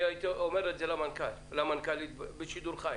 אני אומר את זה למנכ"לית בשידור חי